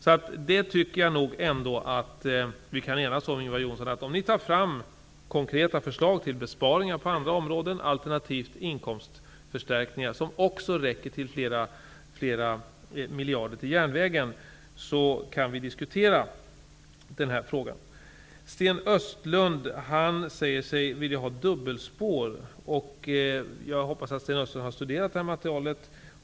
Jag tycker ändå, Ingvar Johnsson, att vi kan enas om att om ni tar fram konkreta förslag till besparingar på andra områden, eller inkomstförstärkningar som också räcker till flera miljarder till järnvägen så kan vi diskutera den här frågan. Sten Östlund säger sig vilja ha dubbelspår, och jag hoppas att han har studerat materialet.